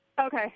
Okay